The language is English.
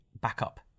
backup